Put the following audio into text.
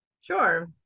Sure